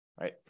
right